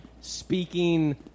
speaking